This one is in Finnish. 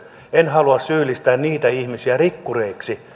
en halua syyllistää niitä ihmisiä rikkureiksi